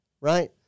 right